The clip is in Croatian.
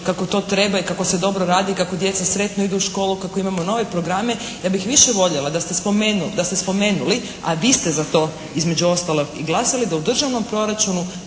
kako to treba i kako se to dobro radi, kako djeca sretno idu u školu, kako imamo nove programe, ja bih više voljela da ste spomenuli a vi ste za to između ostaloga i glasali, da u državnom proračunu